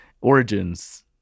Origins